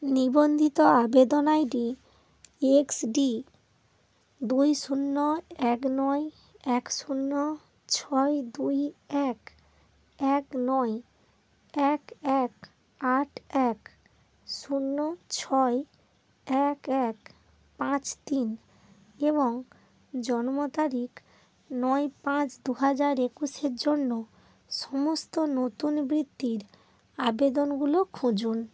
নিবন্ধিত আবেদন ID X D দুই শূন্য এক নয় এক শূন্য ছয় দুই এক এক নয় এক এক আট এক শূন্য ছয় এক এক পাঁচ তিন এবং জন্ম তারিখ নয় পাঁচ দু হাজার একুশের জন্য সমস্ত নতুন বৃত্তির আবেদনগুলো খুঁজুন